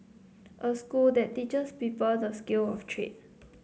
a school that teaches people the skill of trade